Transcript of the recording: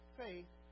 faith